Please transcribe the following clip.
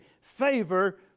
favor